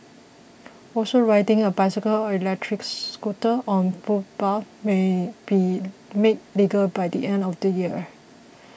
also riding a bicycle or electric scooter on footpaths may be made legal by the end of the year